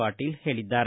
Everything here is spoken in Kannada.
ಪಾಟೀಲ್ ಹೇಳಿದ್ದಾರೆ